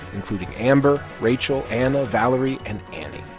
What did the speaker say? including amber, rachel, anna, valerie and annie.